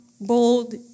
bold